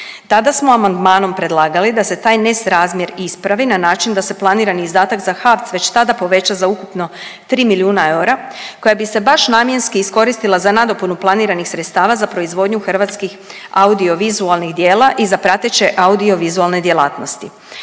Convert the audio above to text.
Tada smo amandmanom predlagali da se taj nesrazmjer ispravi na način da se planirani izdatak za HAVC već tada poveća za ukupno 3 milijuna eura koja bi se baš namjenski iskoristila za nadopunu planiranih sredstava za proizvodnju hrvatskih audiovizualnih djela i za prateće audiovizualne djelatnosti.